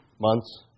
months